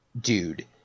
dude